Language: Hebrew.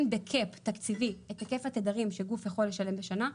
בקפ תקציבי את היקף התדרים שגוף יכול לשלם בשנה,